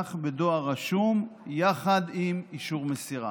להישלח בדואר רשום יחד עם אישור מסירה.